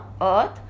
earth